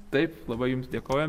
taip labai jums dėkoju